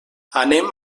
anem